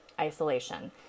isolation